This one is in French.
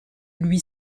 lui